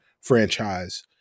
franchise